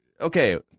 okay